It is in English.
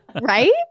Right